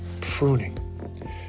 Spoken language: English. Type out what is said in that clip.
pruning